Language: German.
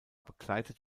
begleitet